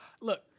Look